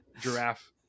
giraffe